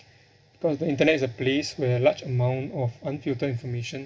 because the internet is a place where a large amount of unfiltered information